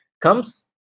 comes